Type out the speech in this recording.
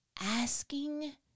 asking